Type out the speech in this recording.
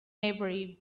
maybury